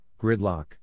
gridlock